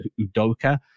Udoka